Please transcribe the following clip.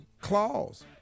claws